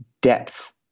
depth